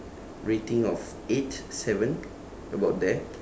rating of eight seven about there